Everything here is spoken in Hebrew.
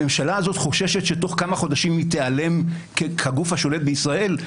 הממשלה הזאת חוששת שבתוך כמה חודשים היא תיעלם כגוף השולט בישראל?